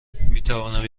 میتوانم